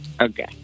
Okay